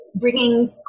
bringing